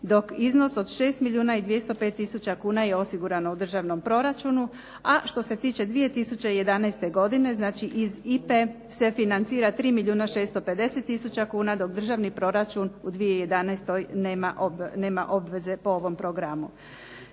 dok iznos od 6 milijuna i 205 tisuća kuna je osigurano u državnom proračunu. A što se tiče 2011. godine iz IPA-e se financira 3 milijuna 650 tisuća kuna dok državni proračun u 2011. nema obveze u ovom programu.